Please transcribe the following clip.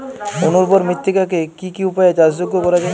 অনুর্বর মৃত্তিকাকে কি কি উপায়ে চাষযোগ্য করা যায়?